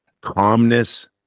calmness